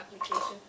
application